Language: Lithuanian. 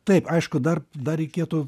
taip aišku dar dar reikėtų